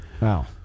wow